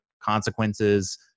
consequences